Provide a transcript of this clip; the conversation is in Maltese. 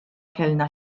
kellna